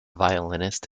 violinist